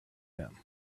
him